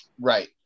Right